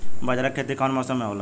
बाजरा के खेती कवना मौसम मे होला?